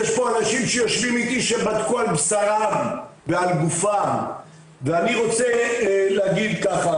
יש פה אנשים שיושבים איתי שבדקו על בשרם ועל גופם ואני רוצה להגיד ככה,